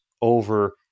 over